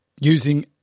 Using